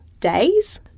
Days